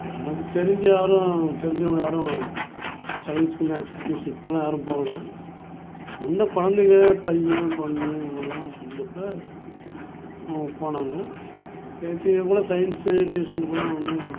எனக்கு தெரிஞ்சு யாரும் தெரிஞ்சவங்க யாரும் சயின்ஸுக்கு மேக்ஸுக்கு ட்யூஷன் இப்போல்லாம் யாரும் போகல முன்னே குலந்தைங்க பையன் பொண்ணு இவங்கள்லாம் இருந்தப்போ அவங்க போனாங்க பேத்தியை கூட சயின்ஸு ட்யூஷனுக்கு எல்லாம் ஒன்றும்